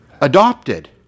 adopted